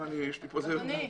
אדוני,